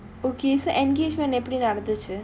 okay so engagement எப்படி நடந்துச்சு:epdi nadanthuchu